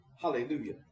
Hallelujah